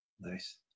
nice